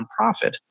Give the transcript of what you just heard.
nonprofit